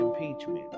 impeachment